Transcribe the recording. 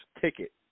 ticket